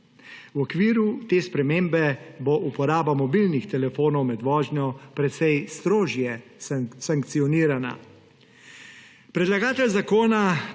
V okviru te spremembe bo uporaba mobilnih telefonov med vožnjo precej strožje sankcionirana. Predlagatelj zakona